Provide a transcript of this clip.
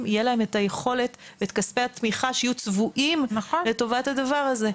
יהיה את היכולת ואת כספי התמיכה שיהיו צבועים לטובת הדבר הזה.